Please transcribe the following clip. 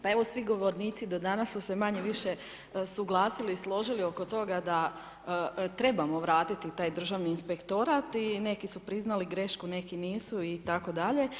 Pa evo svi govornici do danas su se manje-više suglasili i složili oko toga da trebamo vratiti taj Državni inspektorat i neki su priznali grešku, neki nisu itd.